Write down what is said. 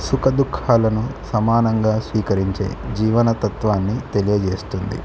సుఖదుుఃఖాలను సమానంగా స్వీకరించే జీవనతత్వాన్ని తెలియజేస్తుంది